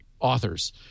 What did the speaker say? authors